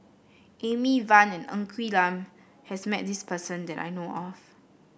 Amy Van and Ng Quee Lam has met this person that I know of